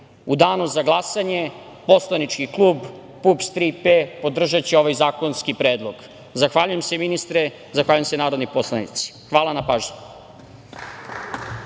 danu za glasanje poslanički klub PUPS „Tri P“ podržaće ovaj zakonski predlog. Zahvaljujem se ministre. Zahvaljujem se narodni poslanici. Hvala na pažnji.